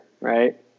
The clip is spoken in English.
right